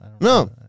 No